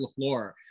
LaFleur